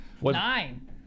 Nine